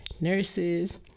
nurses